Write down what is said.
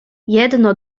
jedno